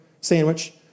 sandwich